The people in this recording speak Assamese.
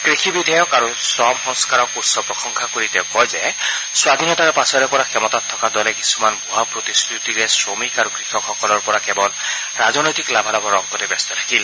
কৃষি বিধেয়ক আৰু শ্ৰম সংস্থাৰক উচ্চ প্ৰশংসা কৰি তেওঁ কয় যে স্বধীনতাৰ পাছৰে পৰা ক্ষমতাত থকা দলে কিছুমান ভুৱা প্ৰতিশ্ৰতিৰে শ্ৰমিক আৰু কৃষকসকলৰ পৰা কেৱল ৰাজনৈতিক লাভালাভৰ অংকতে ব্যস্ত থাকিল